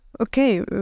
okay